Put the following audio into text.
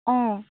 অ'